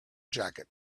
jacket